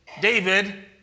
David